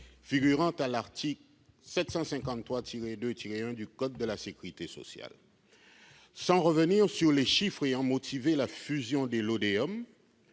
figurant à l'article 753-2-1 du code de la sécurité sociale. Sans revenir sur les chiffres qui ont motivé la fusion des